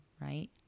right